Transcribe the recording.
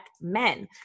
men